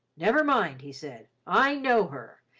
never mind, he said. i know her!